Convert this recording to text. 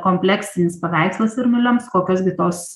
kompleksinis paveikslas ir nulems kokios gi tos